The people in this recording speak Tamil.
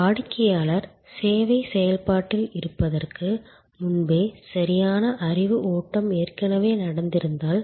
வாடிக்கையாளர் சேவை செயல்பாட்டில் இருப்பதற்கு முன்பே சரியான அறிவு ஓட்டம் ஏற்கனவே நடந்திருந்தால்